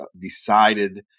decided